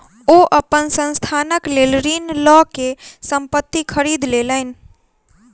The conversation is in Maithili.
ओ अपन संस्थानक लेल ऋण लअ के संपत्ति खरीद लेलैन